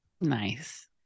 Nice